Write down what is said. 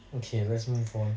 okay let's move on